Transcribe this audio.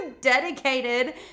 Dedicated